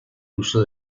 uso